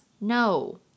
No